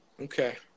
Okay